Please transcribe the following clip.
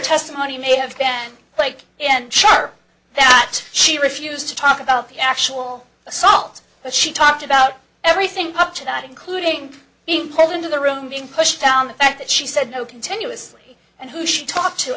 testimony may have been like and charged that she refused to talk about the actual assault that she talked about everything up to that including in poland in the room being pushed down the fact that she said no continuously and who she talked to